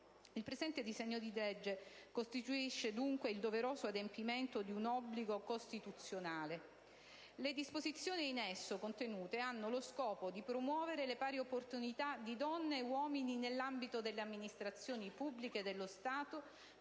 Il presente disegno di legge costituisce dunque il doveroso adempimento di un obbligo costituzionale. Le disposizioni in esso contenute hanno lo scopo di promuovere le pari opportunità di donne e uomini nell'ambito delle amministrazioni pubbliche dello Stato,